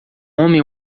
homem